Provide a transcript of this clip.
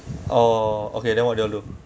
oh okay then what do you look